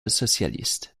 socialiste